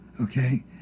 okay